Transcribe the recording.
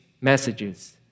messages